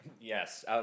Yes